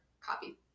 copy